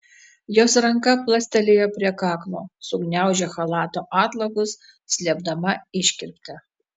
jos ranka plastelėjo prie kaklo sugniaužė chalato atlapus slėpdama iškirptę